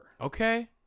Okay